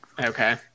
Okay